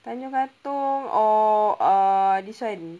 tanjong katong or uh this one